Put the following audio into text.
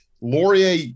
Laurier